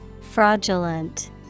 Fraudulent